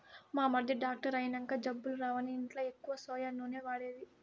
మా మరిది డాక్టర్ అయినంక జబ్బులు రావని ఇంట్ల ఎక్కువ సోయా నూనె వాడేది